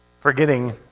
forgetting